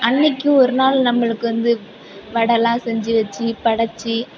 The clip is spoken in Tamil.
அன்னக்கு ஒரு நாள் நம்மளுக்கு வந்து வடைலாம் செஞ்சு வச்சு படச்சி